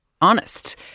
honest